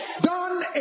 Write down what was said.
done